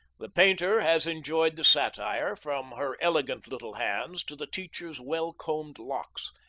the painter has enjoyed the satire, from her elegant little hands to the teacher's well-combed locks.